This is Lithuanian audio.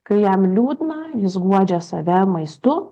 kai jam liūdna jis guodžia save maistu